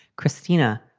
christina,